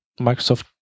Microsoft